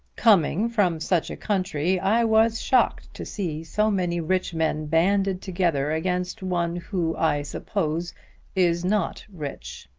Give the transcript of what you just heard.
coming from such a country i was shocked to see so many rich men banded together against one who i suppose is not rich.